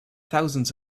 thousands